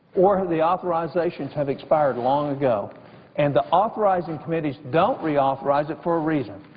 or the authorizations have expired long ago and the authorizing committees don't reauthorize it for a reason,